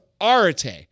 Arate